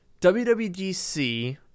WWDC